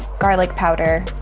garlic powder,